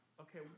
okay